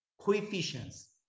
coefficients